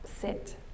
sit